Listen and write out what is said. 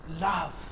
love